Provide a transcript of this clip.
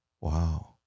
Wow